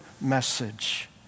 message